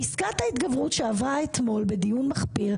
פסקת ההתגברות שעברה אתמול בדיון מחפיר,